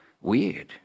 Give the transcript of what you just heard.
weird